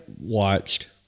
watched